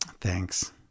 Thanks